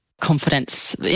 confidence